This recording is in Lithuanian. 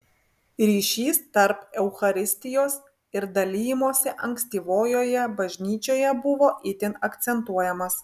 ryšys tarp eucharistijos ir dalijimosi ankstyvojoje bažnyčioje buvo itin akcentuojamas